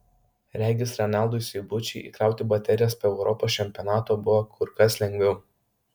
regis renaldui seibučiui įkrauti baterijas po europos čempionato buvo kur kas lengviau